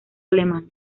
alemán